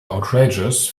outrageous